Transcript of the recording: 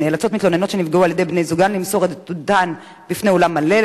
מתלוננות שנפגעו על-ידי בני-זוגן נאלצות למסור את עדותן בפני אולם מלא,